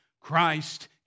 Christ